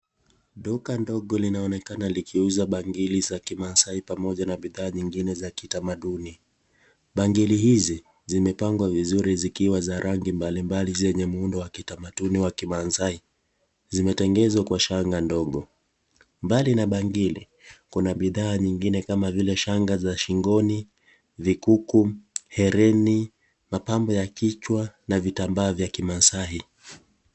Duka ndogo linaonekana likiuza bangili za kimasai pamoja na bidhaa nyingine za kitamaduni. Bangili hizi zimepangwa vizuri zikiwa za rangi mbalimbali zenye muundo wa kitamaduni wa kimasai. Zimetengezwa kwa shanga ndogo. Mbali na bangili, kuna bidhaa nyingine kama vile shanga za shingoni, vikuku, hereni, mapambo ya kichwa na vitambaa vya kimasai.